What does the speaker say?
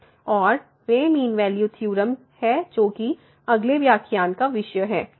और वे mean value theorem है जो कि अगले व्याख्यान का विषय है